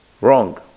Wrong